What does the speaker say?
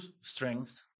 strength